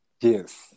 Yes